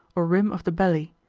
or rim of the belly.